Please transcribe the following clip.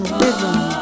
rhythm